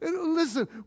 Listen